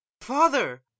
father